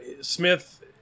smith